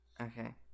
Okay